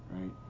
Right